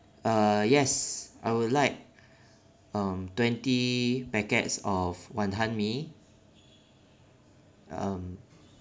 uh yes I would like um twenty packets of wanton mee um